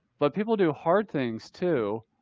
but people do hard things too.